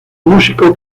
músico